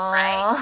right